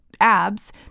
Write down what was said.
abs